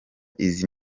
izi